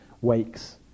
wakes